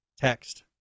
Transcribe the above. text